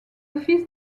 fils